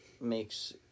makes